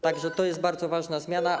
Tak więc to jest bardzo ważna zmiana.